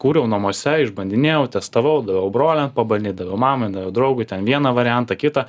kūriau namuose ižbandinėjau testavau daviau broliam pabandyt daviau mamai daviau draugui ten vieną variantą kitą